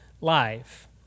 life